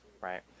right